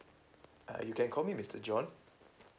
uh you can call me mister john